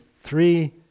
three